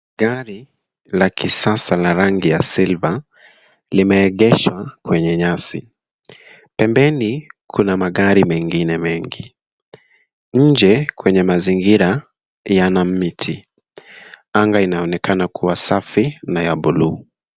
Gari la kisasa lenye rangi ya silver limeegeshwa kwenye nyasi. Pembeni kuna magari mengine mengi. Nje kwenye mazingira yana miti. Anga inaonekana kuwa safi na ya bluu.